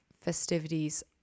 festivities